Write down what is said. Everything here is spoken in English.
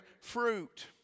fruit